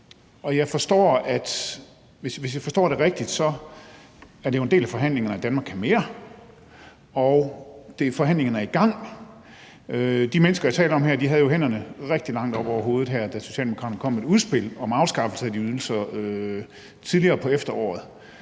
Hvis jeg forstår det rigtigt, er det jo en del af forhandlingerne om »Danmark kan mere«, som er i gang. De mennesker, jeg taler om her, havde jo hænderne rigtig langt op over hovedet, da Socialdemokraterne kom med et udspil om afskaffelse af de ydelser tidligere på efteråret.